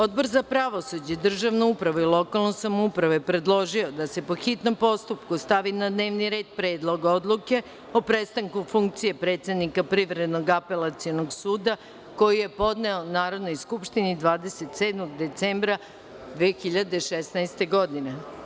Odbor za pravosuđe, državnu upravu i lokalnu samoupravu je predložio da se, po hitnom postupku, stavi na dnevni red Predlog odluke o prestanku funkcije predsednika Privrednog apelacionog suda, koji je podneo Narodnoj skupštini 27. decembra 2016. godine.